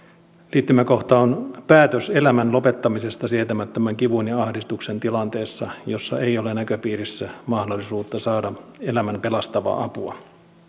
liittymäkohta on päätös elämän lopettamisesta sietämättömän kivun ja ahdistuksen tilanteessa jossa ei ole näköpiirissä mahdollisuutta saada elämän pelastavaa apua